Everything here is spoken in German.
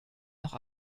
noch